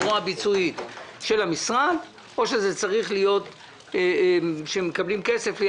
זרוע ביצועית של המשרד או בדרך שמקבלים כסף.